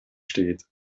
steht